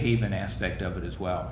haven aspect of it as well